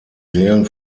seelen